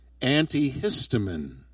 Antihistamine